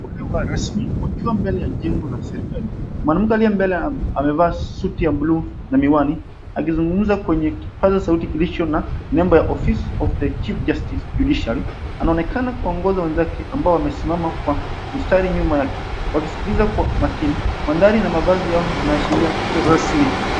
Waliovaa rasmi wakiwa mbele ya jengo la serikali. Mwanamke aliye mbele amevaa suti ya blue na miwani akizungumza kwenye kipaza sauti kilicho na nembo ya Office of the Chief Justice, Judiciary. Anaonekana kuwaongoza wenzake ambao wamesimama kwa mstari nyuma yake wakisikiliza kwa makini. Mandhari na mavazi yao yanaashiria tukio rasmi.